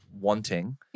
wanting